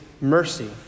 mercy